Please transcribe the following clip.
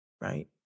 right